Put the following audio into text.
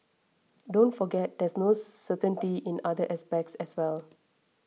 don't forget there's no certainty in other aspects as well